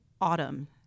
Autumn